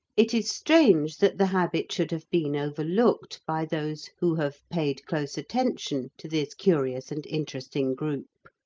it is strange that the habit should have been overlooked by those who have paid close attention to this curious and interesting group.